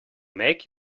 make